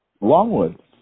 Longwood